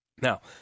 Now